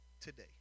today